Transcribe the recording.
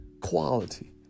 quality